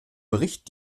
bericht